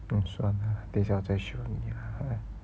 then 算了等一下我才 show 你 lah